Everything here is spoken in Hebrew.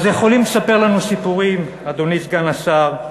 אז יכולים לספר לנו סיפורים, אדוני סגן השר,